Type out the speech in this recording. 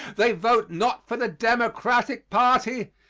they vote not for the democratic party,